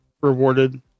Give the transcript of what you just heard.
rewarded